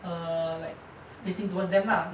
err like facing towards them lah